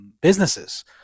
businesses